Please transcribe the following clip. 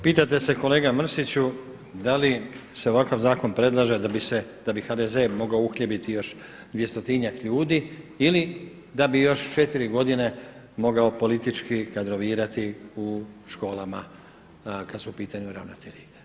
Pitate se kolega Mrsiću da li se ovakav zakon predlaže da bi HDZ mogao uhljebiti još dvjestotinjak ljudi ili da bi još četiri godine mogao politički kadrovirati u školama kad su u pitanju ravnatelji.